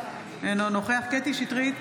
אינו נוכח קטי שטרית